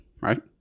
right